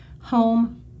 home